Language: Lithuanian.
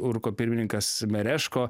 urko pirmininkas mereško